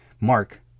Mark